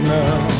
now